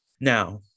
Now